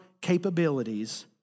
capabilities